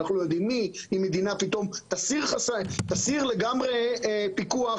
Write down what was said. אם מדינה תסיר לגמרי פיקוח,